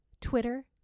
Twitter